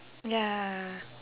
ya